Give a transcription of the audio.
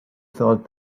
thought